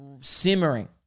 simmering